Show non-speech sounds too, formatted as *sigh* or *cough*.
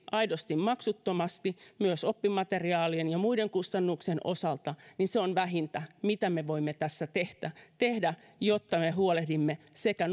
aidosti maksuttomaksi myös oppimateriaalien ja muiden kustannusten osalta on vähintä mitä me voimme tässä tehdä tehdä jotta me huolehdimme sekä *unintelligible*